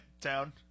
town